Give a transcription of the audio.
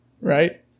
right